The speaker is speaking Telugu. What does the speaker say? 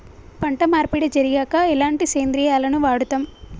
పంట మార్పిడి జరిగాక ఎలాంటి సేంద్రియాలను వాడుతం?